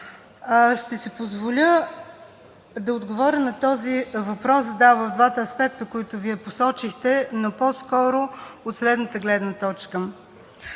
Ще си позволя да отговоря на този въпрос – да, в двата аспекта, които Вие посочихте, но по-скоро от следната гледна точка.